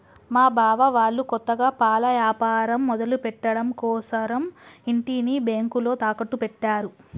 మా బావ వాళ్ళు కొత్తగా పాల యాపారం మొదలుపెట్టడం కోసరం ఇంటిని బ్యేంకులో తాకట్టు పెట్టారు